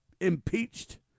impeached